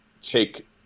take